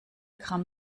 gramm